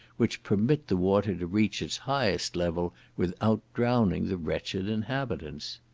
which permit the water to reach its highest level without drowning the wretched inhabitants.